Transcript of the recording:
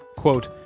quote,